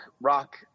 rock